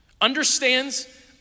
understands